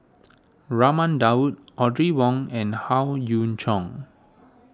Raman Daud Audrey Wong and Howe Yoon Chong